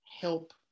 Help